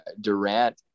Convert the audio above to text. Durant